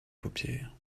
paupières